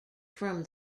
from